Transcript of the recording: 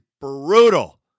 brutal